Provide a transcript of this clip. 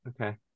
okay